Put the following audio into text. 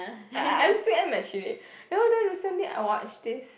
I I I'm still am actually you know then recently I watch this